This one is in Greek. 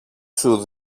σου